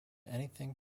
anything